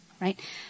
Right